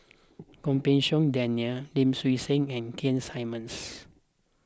Goh Pei Siong Daniel Lim Swee Say and Keith Simmons